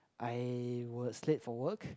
I was late for work